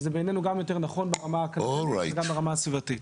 בעינינו זה יותר נכון גם ברמה הכלכלית וגם ברמה הסביבתית.